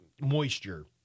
moisture